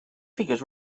figures